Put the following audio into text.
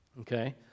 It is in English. Okay